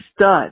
stud